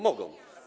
Mogą.